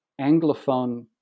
Anglophone